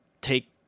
take